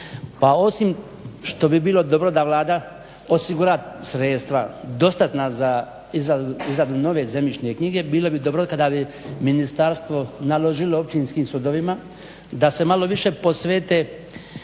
Pa osim što bi bilo dobro da Vlada osigura sredstva dostatna za izradu nove zemljišne knjige bilo bi dobro kada bi ministarstvo naložilo općinskim sudovima da se malo više posvete